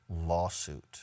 lawsuit